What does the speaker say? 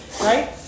Right